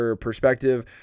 perspective